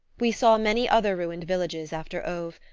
we saw many other ruined villages after auve,